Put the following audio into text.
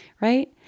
right